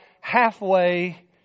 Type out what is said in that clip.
Halfway